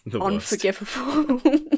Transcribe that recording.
unforgivable